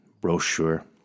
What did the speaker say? brochure